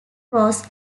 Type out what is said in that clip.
cross